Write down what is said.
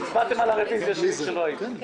הצבעתם על הרוויזיה שלי כשלא הייתי.